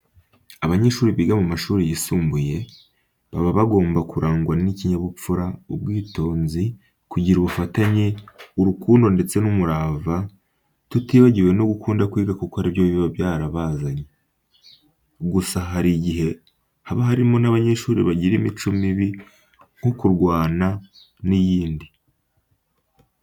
Abanyeshuri biga mu mashuri yisumbuye baba bagomba kurangwa n'ikinyabupfura, ubwitonzi, kugira ubufatanye, urukundo ndetse n'umurava, tutibagiwe no gukunda kwiga kuko ari byo biba byarabazanye. Gusa hari igihe haba harimo n'abanyeshuri bagira imico mibi nko kurwana n'iyindi.